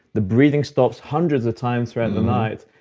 the breathing stops hundreds of times throughout the night,